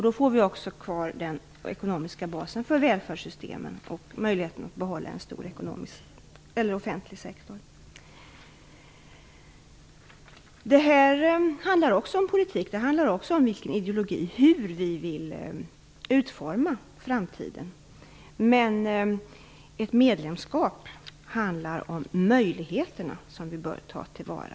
Då kan vi också få behålla välfärdssystemen och en stor offentlig sektor. Det handlar också om politik och ideologi; hur vi vill utforma framtiden. Ett medlemskap handlar om de möjligheter som vi bör ta till vara.